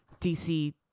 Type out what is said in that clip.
DC